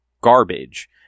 garbage